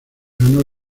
ganó